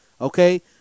Okay